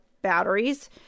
batteries